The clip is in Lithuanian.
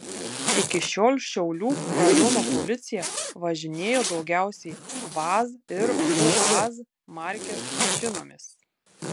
iki šiol šiaulių rajono policija važinėjo daugiausiai vaz ir uaz markės mašinomis